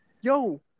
Yo